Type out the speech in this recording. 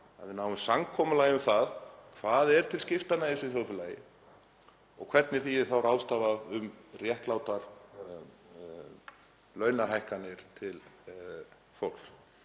að við náum samkomulagi um það hvað er til skiptanna í þessu þjóðfélagi og hvernig því er ráðstafað í réttlátar launahækkanir til fólks.